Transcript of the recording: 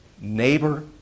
neighbor